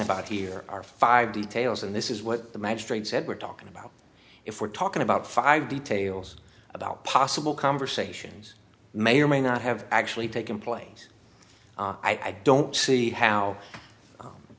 about here are five details and this is what the magistrate said we're talking about if we're talking about five details about possible conversations may or may not have actually taken place i don't see how